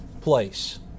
place